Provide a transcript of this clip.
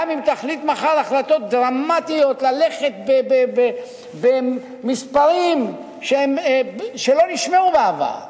גם אם תחליט מחר החלטות דרמטיות ללכת במספרים שלא נשמעו בעבר.